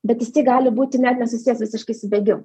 bet jisai gali būti net nesusijęs visiškais su bėgimu